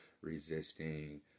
resisting